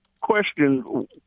question